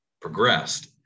progressed